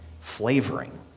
flavoring